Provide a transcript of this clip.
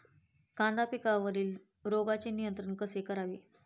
कांदा पिकावरील रोगांचे नियंत्रण कसे करावे?